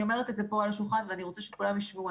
אני אומרת את זה פה על השולחן ואני רוצה שכולם ישמעו.